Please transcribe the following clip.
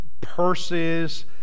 purses